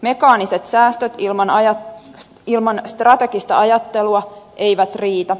mekaaniset säästöt ilman strategista ajattelua eivät riitä